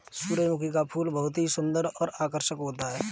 सुरजमुखी का फूल बहुत ही सुन्दर और आकर्षक होता है